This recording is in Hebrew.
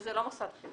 כי זה לא מוסד חינוך.